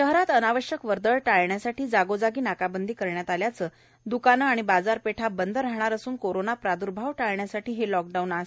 शहरात अनावश्यक वर्दळ टाळण्यासाठी जागोजागी नाकाबंदी करण्यात आल्याचे दुकाने आणि बाजारपेठा बंद राहणार असून कोरोंना प्रादूर्भाव टाळण्यासाठी हे लॉकडाऊन आहे